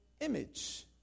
image